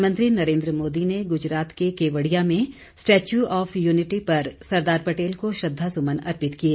प्रधानमंत्री नरेंद्र मोदी ने गुजरात के केवड़िया में स्टेच्यू ऑफ यूनिटी पर सरदार पटेल को श्रद्वासुमन अर्पित किए